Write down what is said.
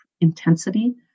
intensity